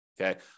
Okay